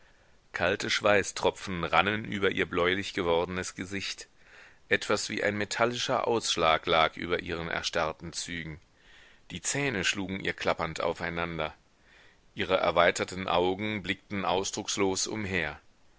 kalte schweißtropfen rannen über ihr bläulich gewordnes gesicht etwas wie ein metallischer ausschlag lag über ihren erstarrten zügen die zähne schlugen ihr klappernd aufeinander ihre erweiterten augen blickten ausdruckslos umher